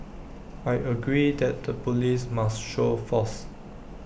I agree that the Police must show force